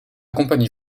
compagnie